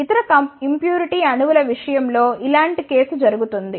ఇతర ఇంప్యూరిటీ అణువుల విషయం లో ఇలాంటి కేసు జరుగుతుంది